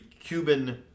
Cuban